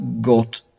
got